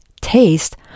taste